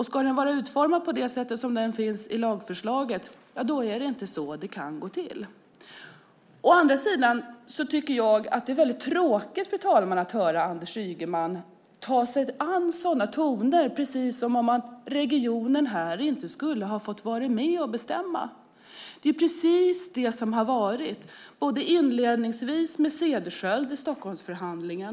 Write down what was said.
Ska den vara utformad enligt lagförslaget kan det inte gå till så. Fru talman! Å andra sidan tycker jag att det är tråkigt att höra sådana tongångar från Anders Ygeman, precis som om regionen här inte skulle ha fått vara med och bestämma. Det är precis det man har fått. Inledningsvis skedde det med Cederschiöld i Stockholmsförhandlingen.